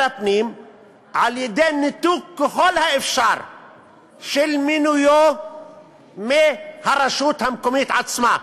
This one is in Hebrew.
הפנים על-ידי ניתוק ככל האפשר של מינויו מהרשות המקומית עצמה.